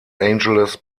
angeles